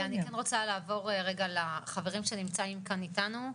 אני רוצה לעבור לחברים שנמצאים כאן איתנו.